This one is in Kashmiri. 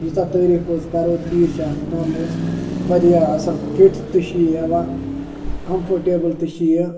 ییٖژاہ تٲریٖف حظ کَرو تیٖژ چھِ اَتھ کَم حظ واریاہ اَصٕل فِٹ تہِ چھِ یہِ یِوان کَمفٲٹیبٕل تہِ چھِ یہِ